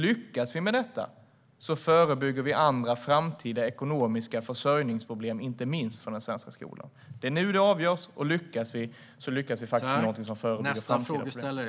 Lyckas vi med detta förebygger vi framtida ekonomiska försörjningsproblem, inte minst för svenska skolan. Det är nu det avgörs, och om vi lyckas så lyckas vi med något som faktiskt förebygger framtida problem.